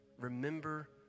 Remember